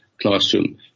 classroom